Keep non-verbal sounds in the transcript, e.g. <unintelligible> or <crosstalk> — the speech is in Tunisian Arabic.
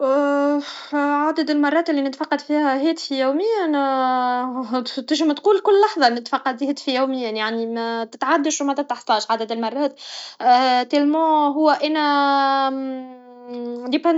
اوه <hesitation> عدد المرات لي نتفقد فيها هاتفي يوميا <hesitation> تنجم تقول كل لحظة نتفقد هاتفي يوميا متتعدش و متتحصاش عدد المرات تالمو هو انا <hesitation> ديما <unintelligible>